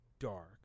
Dark